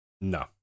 No